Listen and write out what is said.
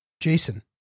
Jason